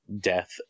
Death